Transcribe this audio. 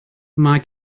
mae